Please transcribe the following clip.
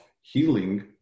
healing